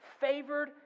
favored